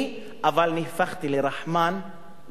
אבל נהפכתי לרחמן על בעלי-החיים.